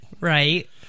Right